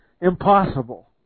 impossible